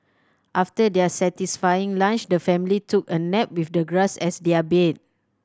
after their satisfying lunch the family took a nap with the grass as their bed